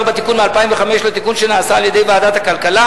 בתיקון לחוק מ-2005 שנעשה על-ידי ועדת הכלכלה.